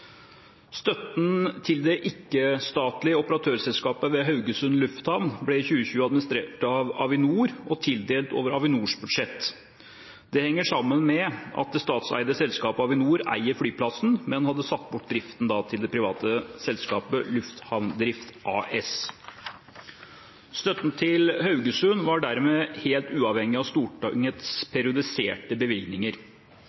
Støtten til det ikke-statlige operatørselskapet ved Haugesund lufthavn ble i 2020 administrert av Avinor og tildelt over Avinors budsjett. Det henger sammen med at det statseide selskapet Avinor eier flyplassen, men hadde satt bort driften til det private selskapet Lufthavndrift AS. Støtten til Haugesund var dermed helt uavhengig av Stortingets